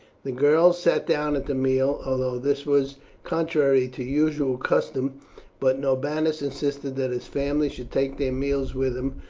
the girls sat down at the meal, although this was contrary to usual custom but norbanus insisted that his family should take their meals with him,